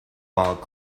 while